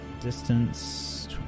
distance